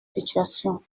situation